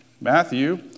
Matthew